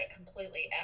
completely